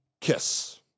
Kiss